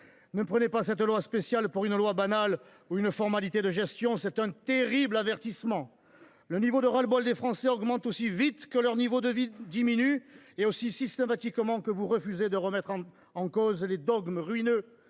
Ne prenez pas ce projet de loi spéciale pour un texte banal ou une formalité de gestion ; c’est un terrible avertissement. Le niveau de ras le bol des Français augmente aussi vite que leur niveau de vie diminue et aussi systématiquement que vous refusez de remettre en cause les dogmes ruineux